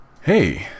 Hey